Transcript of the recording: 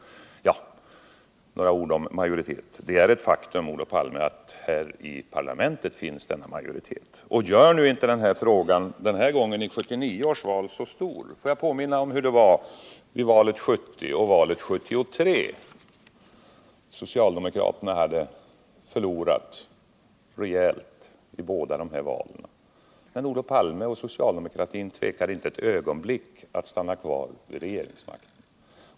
Så några ord om majoritet. Det är ett faktum, Olof Palme, att här i parlamentet finns denna majoritet. Och överdriv nu inte frågan den här gången, efter 1979 års val! Får jag påminna om hur det var vid valen 1970 och 1973. Socialdemokraterna hade förlorat rejält i båda dessa val, men Olof Palme och socialdemokratin tvekade inte ett ögonblick att stanna kvar vid regeringsmakten.